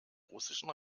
russischen